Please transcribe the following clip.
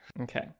okay